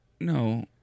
no